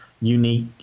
unique